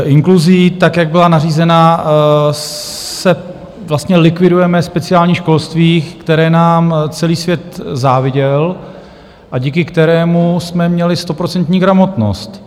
Inkluzí tak, jak byla nařízená, si vlastně likvidujeme speciální školství, které nám celý svět záviděl a díky kterému jsme měli stoprocentní gramotnost.